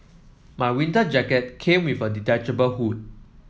my winter jacket came with a detachable hood